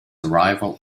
arrival